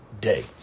day